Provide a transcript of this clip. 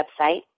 website